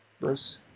Bruce